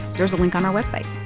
there's a link on our website